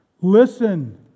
Listen